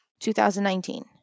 2019